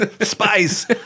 spice